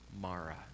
Mara